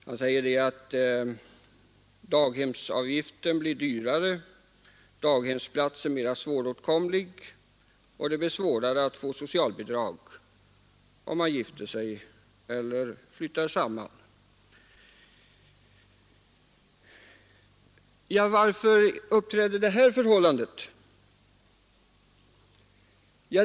Han säger att daghemsavgiften blir högre, daghemsplatsen mera svåråtkomlig och att det blir svårare att få socialbidrag, om man gifter sig eller flyttar samman. Varför uppkommer det här förhållandet?